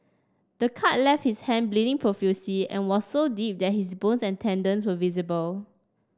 the cut left his hand bleeding profusely and was so deep that his bones and tendons were visible